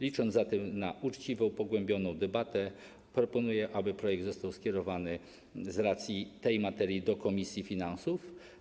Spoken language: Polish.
Licząc zatem na uczciwą, pogłębioną debatę, proponuję, aby projekt został skierowany z racji tej materii do komisji finansów.